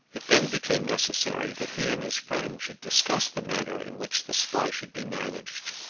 it then became necessary that he and his friend should discuss the manner in which the spy should be managed.